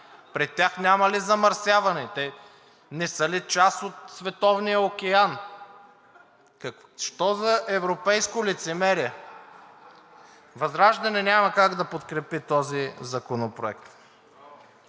При тях няма ли замърсяване? Те не са ли част от Световния океан? Що за европейско лицемерие? ВЪЗРАЖДАНЕ няма как да подкрепи този законопроект.